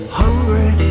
hungry